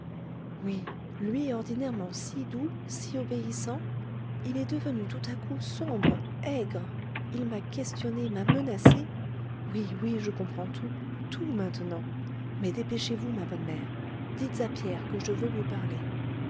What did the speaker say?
oui lui ordinairement si doux si obéissant il est devenu tout à coup sombre aigre il m'a questionnée m'a menacée oui oui je comprends tout tout maintenant mais dépêchez-vous ma bonne mère dites à pierre que je veux lui parler